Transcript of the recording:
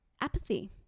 apathy